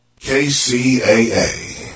KCAA